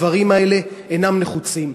הדברים האלה אינם נחוצים.